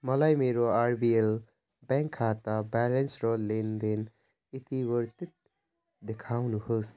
मलाई मेरो RBL bank खाता ब्यालेन्स र लेनदेन इतिवृत्त देखाउनुहोस्